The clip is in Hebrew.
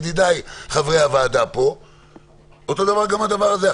ידידיי חברי הוועדה אותו דבר גם הדבר הזה.